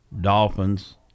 Dolphins